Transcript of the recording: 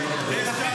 התעוררת.